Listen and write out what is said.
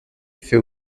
fait